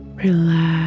Relax